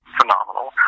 phenomenal